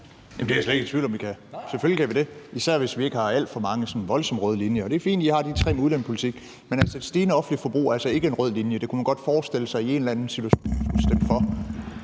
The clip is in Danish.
det er jeg slet ikke i tvivl om at vi kan – selvfølgelig kan vi det, især hvis vi ikke har alt for mange sådan voldsomt røde linjer. Det er fint, at I har de tre med udlændingepolitik, men et stigende offentligt forbrug er altså ikke en rød linje. Det kunne man godt forestille sig at I i en eller anden situation